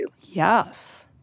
Yes